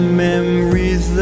memories